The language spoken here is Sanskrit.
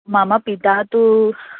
मम पिता तु